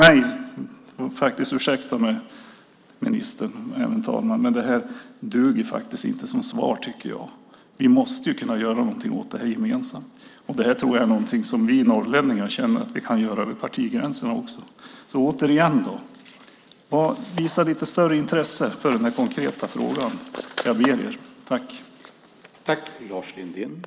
Ministern och även talmannen får faktiskt ursäkta mig, men det här duger inte som svar. Vi måste gemensamt kunna göra någonting åt det. Det är något som jag tror att vi norrlänningar känner att vi kan göra över partigränserna. Återigen: Visa lite större intresse för den konkreta frågan. Jag ber er om det.